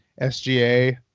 SGA